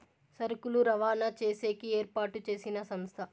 సరుకులు రవాణా చేసేకి ఏర్పాటు చేసిన సంస్థ